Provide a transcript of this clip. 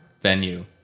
venue